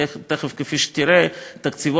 כפי שתראה תכף,